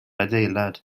adeilad